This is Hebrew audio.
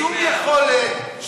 שום יכולת,